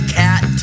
cat